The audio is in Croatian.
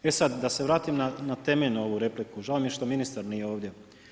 E sad da se vratim na temeljnu repliku, žao mi je što ministar nije ovdje.